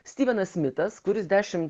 styvenas smitas kuris dešim